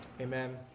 amen